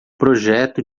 projeto